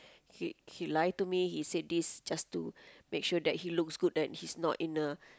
he he lie to me he said this just to make sure that he looks good that he's not in a